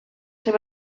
ser